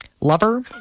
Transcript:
Lover